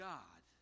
God